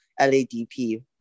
LADP